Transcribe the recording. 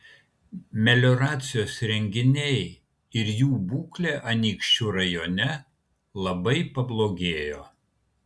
melioracijos įrenginiai ir jų būklė anykščių rajone labai pablogėjo